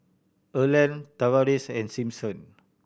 Erland Tavares and Simpson